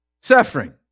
suffering